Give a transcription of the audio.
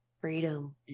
Freedom